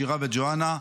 שירה וג'ואנה.